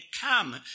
come